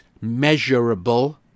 measurable